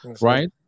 right